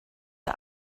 the